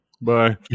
Bye